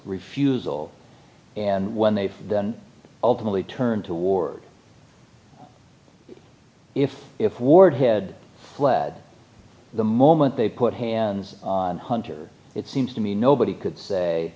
refusal and when they ultimately turned toward if if ward head led the moment they put hands on hunter it seems to me nobody could say